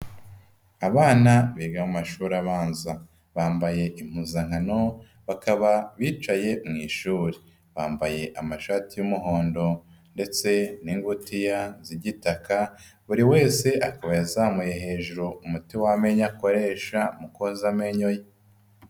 Abana biga mu mashuri abanza, bambaye impuzankano, bakaba bicaye mu ishuri. Bambaye amashati y'umuhondo ndetse n'ingutiya z'igitaka, buri wese akaba yazamuye hejuru umuti w'amenyo akoresha mu koza amenyo ye.